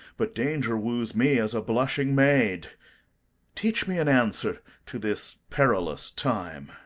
but danger woos me as a blushing maid teach me an answer to this perilous time.